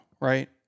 right